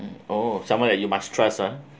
oh someone like you must trust ha